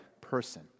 person